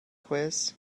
quiz